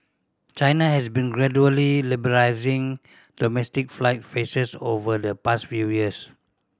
China has been gradually liberalising domestic flight faces over the past few years